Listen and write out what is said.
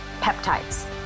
peptides